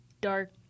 dark